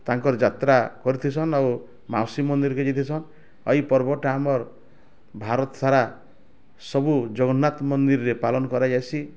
ତାଙ୍କର୍ ଯାତ୍ରା କରିଥିସନ୍ ଆଉ ମାଉସୀ ମନ୍ଦିରକେ ଯାଇଥିସନ୍ ଆଉ ଏଇ ପର୍ବଟା ଆମର୍ ଭାରତ୍ ସାରା ସବୁ ଜଗନ୍ନାଥ୍ ମନ୍ଦିର୍ରେ ପାଳନ୍ କରାଯାସି